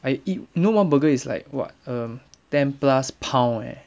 I eat you know one burger it's like what um ten plus pound eh